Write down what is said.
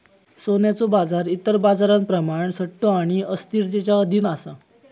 सोन्याचो बाजार इतर बाजारांप्रमाण सट्टो आणि अस्थिरतेच्या अधीन असा